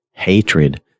Hatred